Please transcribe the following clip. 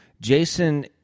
Jason